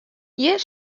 hjir